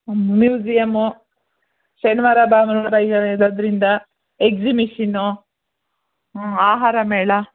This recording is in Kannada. ಮ್ಯೂಜಿಯಮ್ಮು ಶನಿವಾರ ಭಾನುವಾರ ಇರೋದ್ರಿಂದ ಎಕ್ಸಿಮಿಷಿನ್ನು ಹ್ಞೂ ಆಹಾರ ಮೇಳ